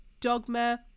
dogma